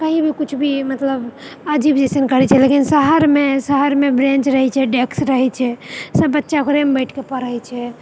कहीँ भी किछु भी मतलब अजीब जइसन करै छै लेकिन शहरमे शहरमे बेन्च रहै छै डेस्क रहै छै सब बच्चा ओकरेमे बैठिकऽ पढ़ै छै